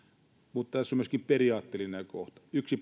mutta tässä on myöskin periaatteellinen kohta yksi